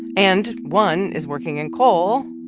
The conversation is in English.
and one is working in coal,